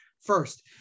first